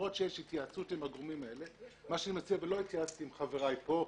למרות שיש התייעצות עם הגורמים האלה לא התייעצתי עם חבריי פה,